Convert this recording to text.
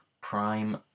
prime